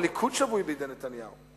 הליכוד שבוי בידי נתניהו.